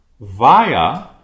via